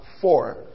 four